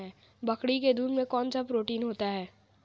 बकरी के दूध में कौनसा प्रोटीन होता है?